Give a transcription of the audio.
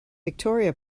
victoria